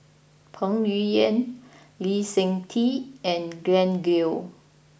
Peng Yuyun Lee Seng Tee and Glen Goei